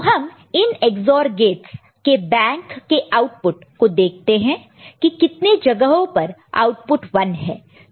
तो हम इन EX OR गेटस के बैंक के आउटपुट को देखते हैं की कितने जगहों पर आउटपुट 1 है